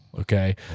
okay